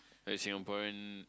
like Singaporean